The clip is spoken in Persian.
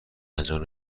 انجام